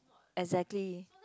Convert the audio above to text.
exactly